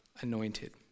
anointed